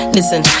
Listen